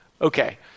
Okay